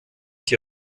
die